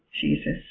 Jesus